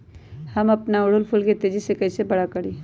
हम अपना ओरहूल फूल के तेजी से कई से बड़ा करी?